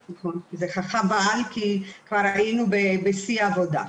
וחבל, כי כבר היינו בשיא העבודה.